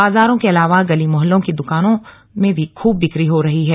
बाजार के अलावा गली मोहल्लों की दुकानों से भी खूब बिक्री हो रही है